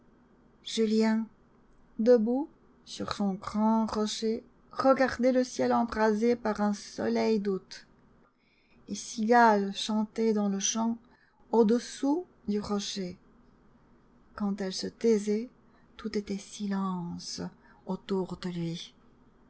julien debout sur son grand rocher regardait le ciel embrasé par un soleil d'août les cigales chantaient dans le champ au-dessous du rocher quand elles se taisaient tout était silence autour de lui